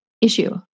issue